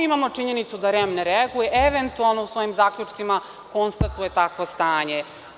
Imamo činjenicu da REM ne reaguje, eventualno u svojim zaključcima konstatuje takvo stanje.